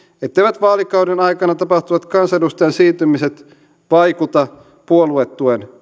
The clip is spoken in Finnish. etteivät vaalikauden aikana tapahtuvat kansanedustajan siirtymiset vaikuta puoluetuen